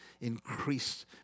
increase